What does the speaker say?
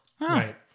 Right